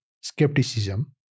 skepticism